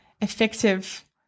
effective